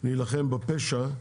שאם רוצים להילחם בפשע,